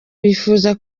bifuza